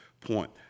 point